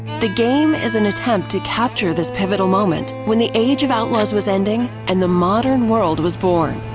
the game is an attempt to capture this pivotal moment when the age of outlaws was ending, and the modern world was born.